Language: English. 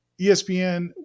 ESPN